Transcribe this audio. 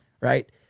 right